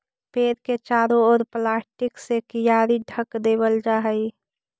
पेड़ के चारों ओर प्लास्टिक से कियारी ढँक देवल जा हई